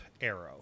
Arrow